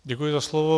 Děkuji za slovo.